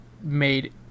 made